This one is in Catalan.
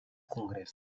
congrés